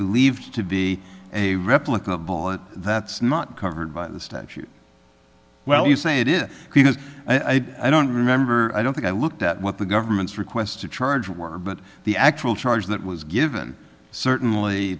believed to be a replicable and that's not covered by the statute well you say it is because i don't remember i don't think i looked at what the government's requests to charge were but the actual charge that was given certainly